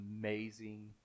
amazing